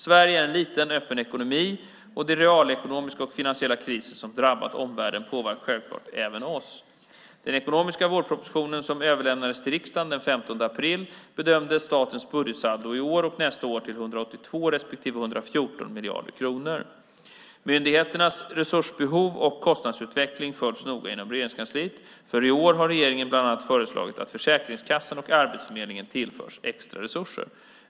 Sverige är en liten öppen ekonomi och den realekonomiska och finansiella kris som drabbat omvärlden påverkar självklart även oss. I den ekonomiska vårproposition som överlämnades till riksdagen den 15 april bedöms statens budgetsaldo i år och nästa år till minus 182 respektive minus 114 miljarder kronor. Myndigheternas resursbehov och kostnadsutveckling följs noga inom Regeringskansliet. För i år har regeringen bland annat föreslagit att Försäkringskassan och Arbetsförmedlingen tillförs extra resurser.